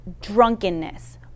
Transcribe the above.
drunkenness